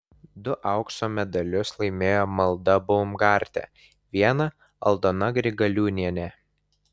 du aukso medalius laimėjo malda baumgartė vieną aldona grigaliūnienė